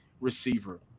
receiver